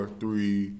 three